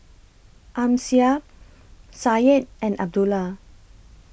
Amsyar Syed and Abdullah